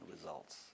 results